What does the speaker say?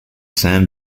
san